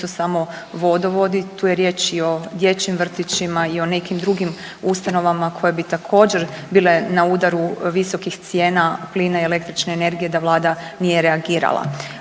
to nisu samo vodovodi, tu je riječ i o dječjim vrtićima i o nekim drugim ustanovama koje bi također bile na udaru visokih cijena plina i električne energije da Vlada nije reagirala.